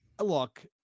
look